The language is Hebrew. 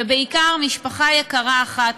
ובעיקר משפחה יקרה אחת,